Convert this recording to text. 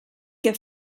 que